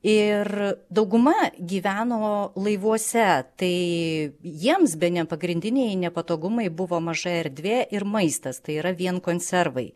ir dauguma gyveno laivuose tai jiems bene pagrindiniai nepatogumai buvo maža erdvė ir maistas tai yra vien konservai